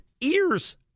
ears